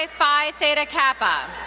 phi theta kappa.